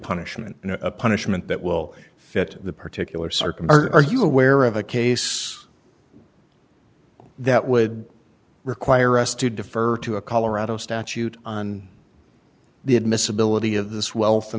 punishment and a punishment that will fit the particular circumstances are you aware of a case that would require us to defer to a colorado statute on the admissibility of this wealth